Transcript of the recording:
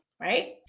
right